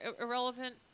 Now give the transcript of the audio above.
irrelevant